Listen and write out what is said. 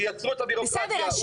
שיעצרו את הבירוקרטיה.